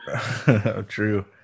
true